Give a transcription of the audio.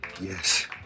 Yes